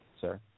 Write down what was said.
sir